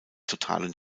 totalen